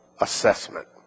assessment